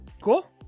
Cool